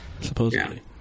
Supposedly